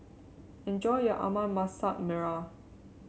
enjoy your ayam Masak Merah